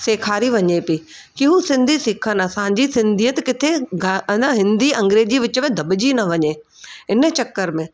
सेखारी वञे पई क्यूं सिंधी सिखनि असांजी सिंधीयत किथे ॻाना हिंदी अंग्रेजी विच में दॿिजी न वञे इन चक्कर में